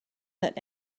let